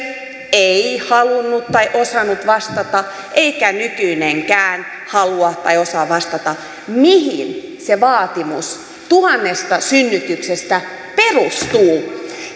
ei halunnut tai osannut vastata eikä nykyinenkään halua tai osaa vastata mihin se vaatimus tuhannesta synnytyksestä perustuu